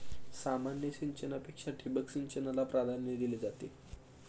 सामान्य सिंचनापेक्षा ठिबक सिंचनाला प्राधान्य दिले जाते